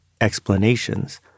explanations